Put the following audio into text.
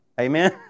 Amen